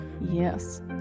yes